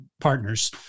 partners